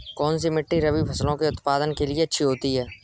कौनसी मिट्टी रबी फसलों के उत्पादन के लिए अच्छी होती है?